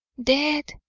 dead!